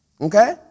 Okay